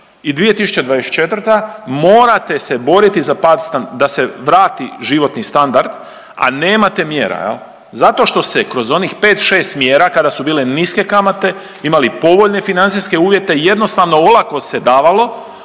i 2024. morate se boriti za pad stan…, da se vrati životni standard, a nemate mjera jel, zato što se kroz onih 5-6 mjera kada su bile niske kamate imali povoljne financijske uvjete, jednostavno olako se davalo